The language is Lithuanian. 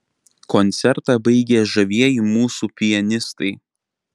koncertą baigė žavieji mūsų pianistai